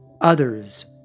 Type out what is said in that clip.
Others